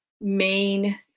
main